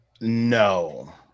no